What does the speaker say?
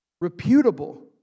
reputable